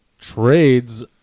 trades